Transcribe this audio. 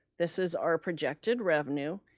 this is our projected revenue.